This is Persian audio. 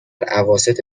اواسط